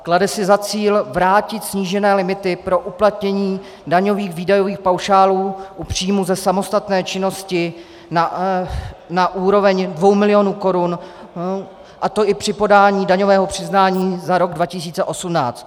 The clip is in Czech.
Klade si za cíl vrátit snížené limity pro uplatnění daňových výdajových paušálů u příjmu ze samostatné činnosti na úroveň dvou milionů korun, a to i při podání daňového přiznání za rok 2018.